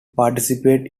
participate